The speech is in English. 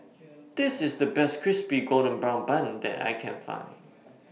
This IS The Best Crispy Golden Brown Bun that I Can Find